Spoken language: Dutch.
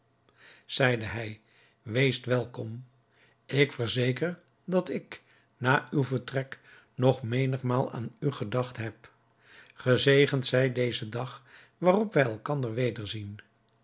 zeide hij wees welkom ik verzeker dat ik na uw vertrek nog menigmaal aan u gedacht heb gezegend zij deze dag waarop wij elkander wederzien